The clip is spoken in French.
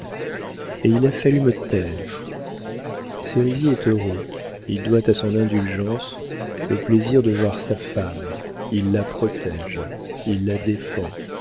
et il a fallu me taire sérizy est heureux il doit à son indulgence le plaisir de voir sa femme il la protége il la défend